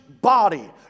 body